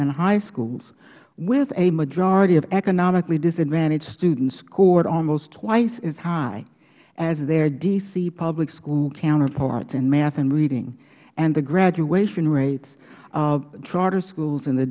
and high schools with a majority of economically disadvantaged students scored almost twice as high as their d c public school counterparts in math and reading and the graduation rate of charter schools in the